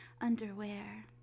underwear